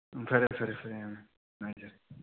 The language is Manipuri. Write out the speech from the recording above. ꯎꯝ ꯐꯔꯦ ꯐꯔꯦ ꯐꯔꯦ ꯎꯝ ꯅꯨꯡꯉꯥꯏꯖꯔꯦ